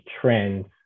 trends